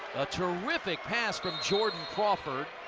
a terrific pass from jordan crawford.